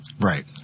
Right